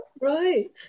Right